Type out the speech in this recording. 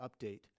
update